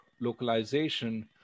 localization